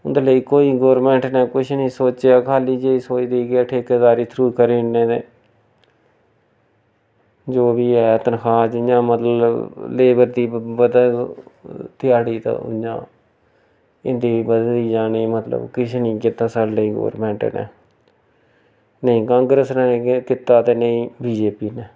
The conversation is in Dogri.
उं'दे लेई कोई गौरमैंट ने कुछ निं सोचेआ खाल्ली इ'यै सोचदी कि ठेकेदारी थरू करी ओड़ने न एह् जो बी है तनखाह् जि'यां मतलब लेबर दी बधग ध्याड़ी ते उ'आं इं'दी बी बधदी जानी मतलब किश निं कीता साढ़े लेई गौरमैंट ने साढ़े लेई ना कांग्रैस ने किश कीता ते नेईं बी जे पी ने